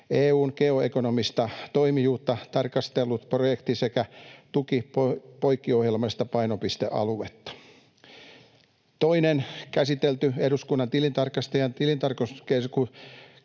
EU:n geoekonomista toimijuutta tarkastellut projekti tuki poikkiohjelmallista painopistealuetta. Toinen käsitelty, eduskunnan tilintarkastajien tilintarkastuskertomus